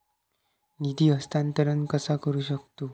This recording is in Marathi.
निधी हस्तांतर कसा करू शकतू?